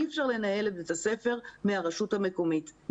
אי אפשר לנהל את בית הספר מהרשות המקומית,